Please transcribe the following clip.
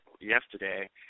yesterday